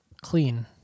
clean